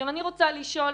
עכשיו אני רוצה לשאול,